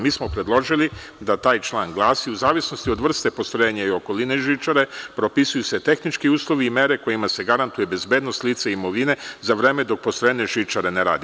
Mi smo predložili da taj član glasi – u zavisnosti od vrste postrojenja i okoline žičare, propisuju se tehnički uslovi i mere kojima se garantuje bezbednost lica i imovine, za vreme dok postavljene žičare ne rade.